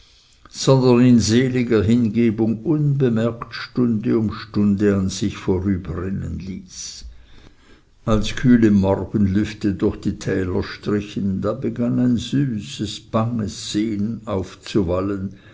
seliger hingebung unbemerkt stunde um stunde an sich vorüberrinnen ließ als kühle morgenlüfte durch die täler strichen da begann ein süßes banges sehnen aufzuwallen